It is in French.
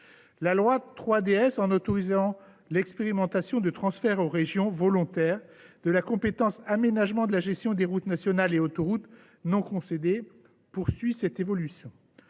La loi 3DS, en autorisant l’expérimentation du transfert aux régions volontaires de la compétence d’aménagement et de gestion des routes nationales et autoroutes non concédées, poursuit cette évolution.